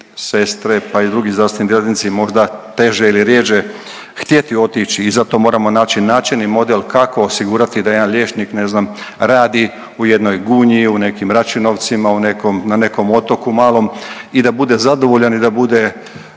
sestre, pa i drugi zdravstveni djelatnici možda teže ili rjeđe htjeti otići i zato moramo naći način i model kako osigurati da jedan liječnik ne znam radi u jednoj Gunji, u nekim Račinovcima, u nekom, na nekom otoku malom i da bude zadovoljan i da bude,